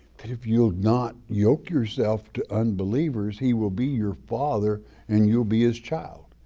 that if you'll not yoke yourself to unbelievers, he will be your father and you'll be his child.